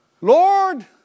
Lord